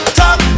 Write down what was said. talk